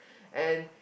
and